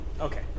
Okay